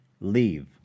leave